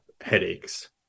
headaches